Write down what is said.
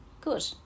good